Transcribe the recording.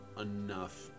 enough